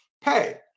pay